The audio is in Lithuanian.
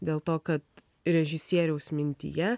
dėl to kad režisieriaus mintyje